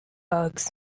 bugs